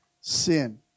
sin